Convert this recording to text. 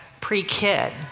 pre-kid